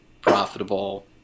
profitable